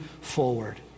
forward